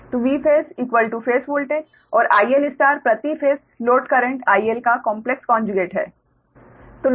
Vphase phase voltage और IL प्रति phase load current IL का कॉम्प्लेक्स कोंजुगेट है